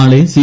നാളെ സി